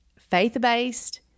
faith-based